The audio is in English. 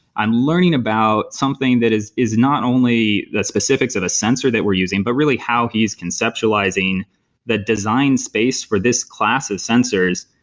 i'm learning about something that is is not only the specifics of a sensor that we're using, but really how he's conceptualizing the design space for this class of sensors,